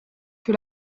que